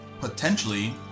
potentially